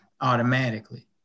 automatically